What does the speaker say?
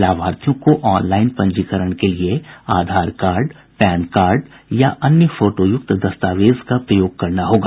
लाभार्थियों को ऑनलाईन पंजीकरण के लिए आधार कार्ड पैन कार्ड या अन्य फोटोयुक्त दस्तावेज का प्रयोग करना होगा